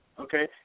okay